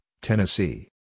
Tennessee